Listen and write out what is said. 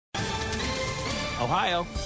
Ohio